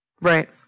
Right